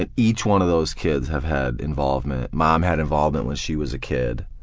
and each one of those kids have had involvement. mom had involvement when she was a kid,